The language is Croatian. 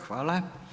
Hvala.